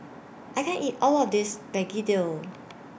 I can't eat All of This Begedil